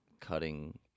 cutting